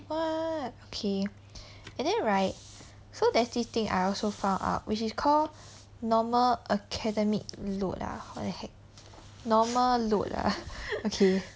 what okay and then right so there's this thing I also found out which is called normal academic load ah what the heck normal load ah okay